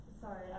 sorry